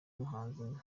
muhanzi